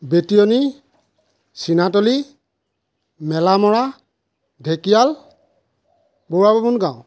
বেতিয়নী চিনাতলি মেলামৰা ঢেকিয়াল বৰুৱা বামুণ গাঁও